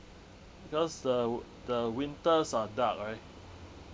because the wi~ the winters are dark right